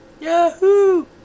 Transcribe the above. Yahoo